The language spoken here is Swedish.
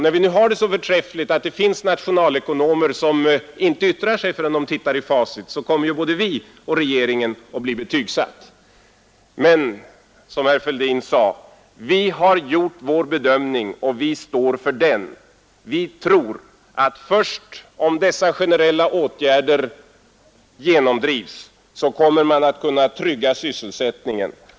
När vi nu har det så förträffligt att det finns nationalekonomer som inte yttrar sig förrän de tittar i facit, så kommer både vi och regeringen att bli betygsatta. Men, som herr Fälldin sade, vi har gjort vår bedömning och vi står för den, Vi tror att man först om dessa generella åtgärder genomdrivs kommer att kunna trygga sysselsättningen.